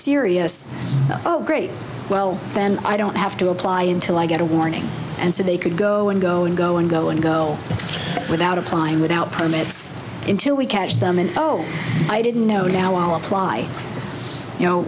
serious oh great well then i don't have to apply until i get a warning and so they could go and go and go and go and go without applying without permits until we catch them and oh i didn't know now why you know